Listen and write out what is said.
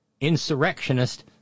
insurrectionist